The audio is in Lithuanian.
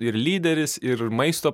ir lyderis ir maisto